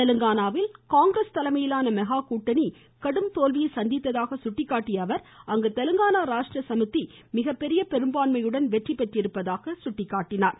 தெலுங்கானாவில் காங்கிரஸ் தலைமையிலான மெகா கூட்டணி கடும் தோல்வியை சந்தித்ததாக சுட்டிக்காட்டிய அவர் அங்கு தெலுங்கானா ராஷ்ட்ர சமிதி மிகப்பெரிய பெரும்பான்மையுடன் வெற்றி பெற்றிருப்பதாக எடுத்துரைத்தார்